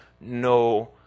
no